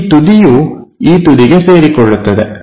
ಈ ತುದಿಯು ಈ ತುದಿಗೆ ಸೇರಿಕೊಳ್ಳುತ್ತದೆ